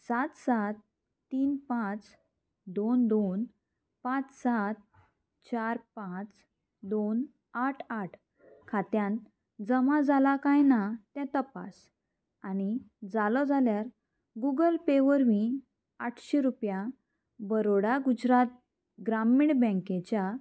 सात सात तीन पांच दोन दोन पांच सात चार पांच दोन आठ आठ खात्यांत जमा जाला काय ना तें तपास आनी जालो जाल्यार गुगल पे वरवीं आठशीं रुपया बरोडा गुजरात ग्रामीण बँकेच्या